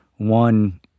One